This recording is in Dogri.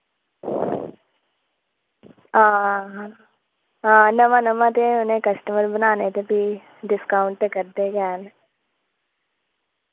हां हां नवां नवां ते उ'नैं कस्टमर बनाने ते फ्ही डिस्काउंट ते करदे गै न